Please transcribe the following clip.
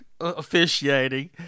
officiating